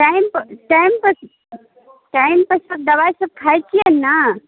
टाइमपर टाइमपर सब दवाइसब खाइ छिए ने